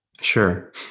Sure